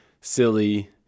silly